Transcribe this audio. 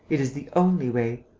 it is the only way.